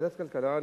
ועדת הכלכלה?